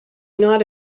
not